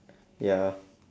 ya